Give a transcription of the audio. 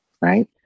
right